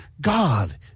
God